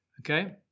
Okay